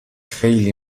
خیلی